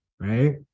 right